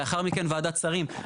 לאחר מכן ועדת שרים.